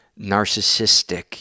narcissistic